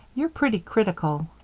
you're pretty critical.